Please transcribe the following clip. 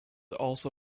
also